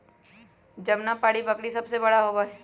जमुनापारी बकरी सबसे बड़ा होबा हई